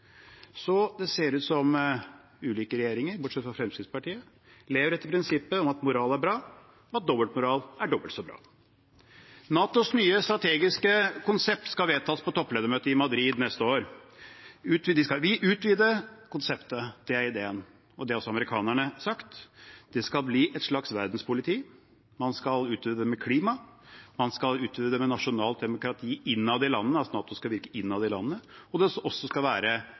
så det ser ut som ulike regjeringer, alle bortsett fra Fremskrittspartiet, lever etter prinsippet om at moral er bra, men at dobbeltmoral er dobbelt så bra. NATOs nye strategiske konsept skal vedtas på toppledermøtet i Madrid neste år. De skal utvide konseptet, det er ideen, og det har også amerikanerne sagt. Det skal bli et slags verdenspoliti. Man skal utvide med klima. Man skal utvide med nasjonalt demokrati innad i landene, altså at NATO skal virke innad i landene, og det skal også være